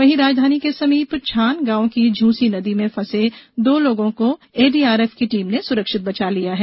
वहीं राजधानी के समीप छान गांव की झूंसी नदी में फंसे दो लोगों को एडीआरएफ की टीम ने सुरक्षित बचा लिया है